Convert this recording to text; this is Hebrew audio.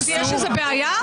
יש עם זה בעיה?